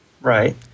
Right